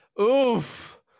oof